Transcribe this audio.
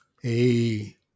Hey